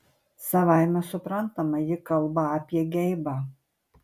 savaime suprantama ji kalba apie geibą